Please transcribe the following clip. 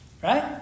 Right